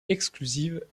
exclusive